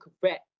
correct